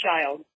child